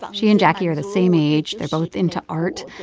but she and jacquie are the same age. they're both into art.